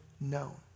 known